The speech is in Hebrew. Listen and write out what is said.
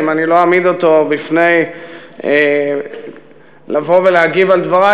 אם אני לא אעמיד אותו לבוא ולהגיב על דברי,